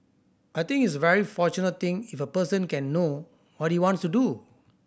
I think it's a very fortunate thing if a person can know what he wants to do